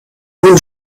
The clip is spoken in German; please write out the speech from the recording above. nun